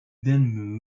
then